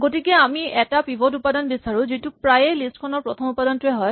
গতিকে আমি এটা পিভট উপাদান বিচাৰো যিটো প্ৰায়ে লিষ্ট খনৰ প্ৰথম উপাদানটোৱেই হয়